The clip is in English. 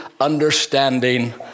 understanding